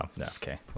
okay